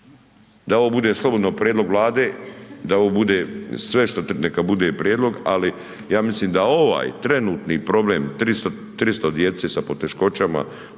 Da ovo bude slobodno prijedlog Vlade, da ovo bude što neka bude prijedlog, ali ja mislim da ovaj trenutni problem, 300 djece sa poteškoćama u razvoju